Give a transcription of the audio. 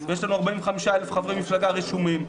ויש לנו 45,000 חברי מפלגה רשומים,